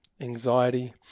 anxiety